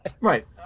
Right